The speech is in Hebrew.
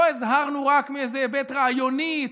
לא הזהרנו רק מאיזה היבט רעיוני,